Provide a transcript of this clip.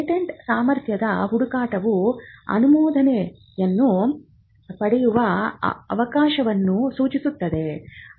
patent ಸಾಮರ್ಥ್ಯದ ಹುಡುಕಾಟವು ಅನುಮೋದನೆಯನ್ನು ಪಡೆಯುವ ಅವಕಾಶವನ್ನು ಸೂಚಿಸುತ್ತದೆ